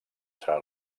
serà